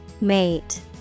mate